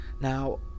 Now